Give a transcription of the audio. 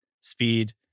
speed